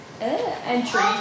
entry